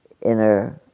inner